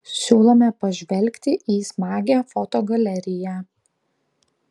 siūlome pažvelgti į smagią fotogaleriją